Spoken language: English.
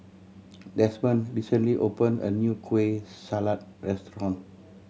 Demond recently opened a new Kueh Salat restaurant